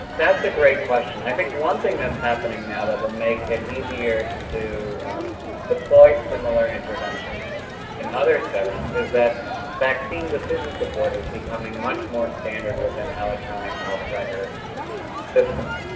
that's a great question. i think one thing that's happening now that will make it easier to deploy similar interventions in other settings, is that vaccine decision support is becoming much more standard with an electronic health record system.